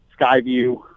Skyview